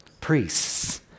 priests